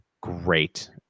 great